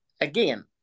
again